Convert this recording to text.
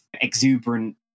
exuberant